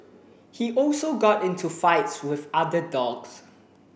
he also got into fights with other dogs